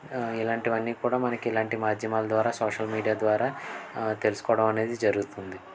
ఇలాంటివన్నీ కూడా మనకి ఇలాంటి మాధ్యమాల ద్వారా సోషల్ మీడియా ద్వారా తెలుసుకోవడం అనేది జరుగుతుంది